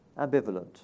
ambivalent